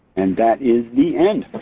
and that is the end.